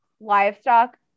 Livestock